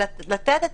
אלא לתת את